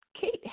Kate